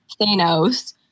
Thanos